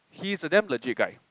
he is a damn legit guy